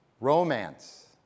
romance